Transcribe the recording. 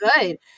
good